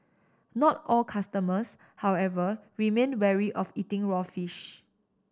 not all customers however remain wary of eating raw fish